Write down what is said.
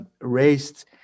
raised